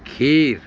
کھیر